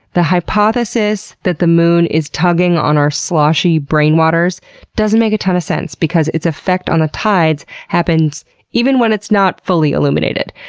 the hypothesis that the moon is tugging on our sloshy brain waters doesn't make a ton of sense because its effect on the tides happens even when it's not fully illuminated.